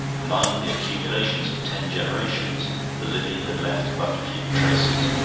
among the accumulations of ten generations the living had left but few traces.